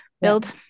build